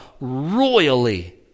royally